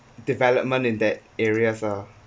development in that areas ah